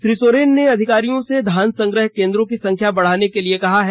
श्री सोरेन ने अधिकारियों से धान संग्रह केंद्रों की संख्या बढ़ाने के लिए कहा है